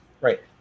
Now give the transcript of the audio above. Right